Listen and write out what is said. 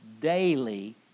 daily